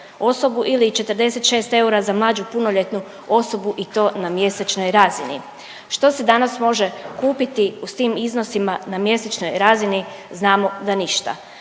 osobu ili 46 eura za mlađu punoljetnu osobu i to na mjesečnoj razini. Što se danas može kupiti s tim iznosima na mjesečnoj razini? Znamo da ništa.